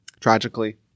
tragically